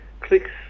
clicks